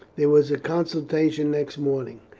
there was a consultation next morning.